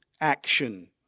action